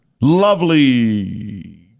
Lovely